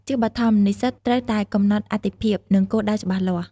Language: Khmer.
ជាបឋម និស្សិតត្រូវតែកំណត់អាទិភាព និងគោលដៅច្បាស់លាស់។